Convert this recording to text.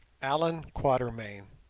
allan quatermain,